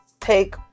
take